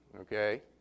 Okay